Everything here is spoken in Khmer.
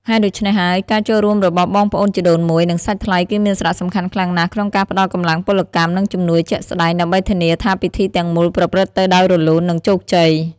ហេតុដូច្នេះហើយ ការចូលរួមរបស់បងប្អូនជីដូនមួយ និងសាច់ថ្លៃ គឺមានសារៈសំខាន់ខ្លាំងណាស់ក្នុងការផ្តល់កម្លាំងពលកម្ម និងជំនួយជាក់ស្តែង ដើម្បីធានាថាពិធីទាំងមូលប្រព្រឹត្តទៅដោយរលូន និងជោគជ័យ។